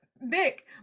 Nick